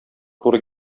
туры